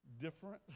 different